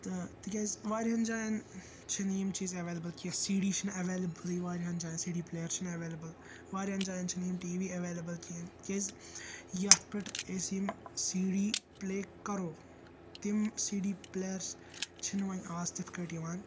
تہٕ تِکیٛازِ وارِیاہَن جایَن چھِنہٕ یِم چیٖز ایٚولیبُل کیٚنٛہہ سی ڈی چھُنہٕ ایٚولیبُلٕے وارِیاہَن جایَن سی ڈی پٔلیر چھِنہٕ ایٚولیبُل وارِیاہَن جایَن چھِنہٕ یِم ٹی وی ایٚویلیبُل کیٚنٛہہ کیٛازِ یِتھ پیٚٹھ أسۍ یِم سی ڈی پٔلے کَرو تِم سی ڈی پُلیر چھِنہٕ وۄنۍ اَز تِتھٕ پٲٹھۍ یِوان